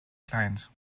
client